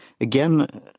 again